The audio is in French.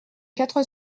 quatre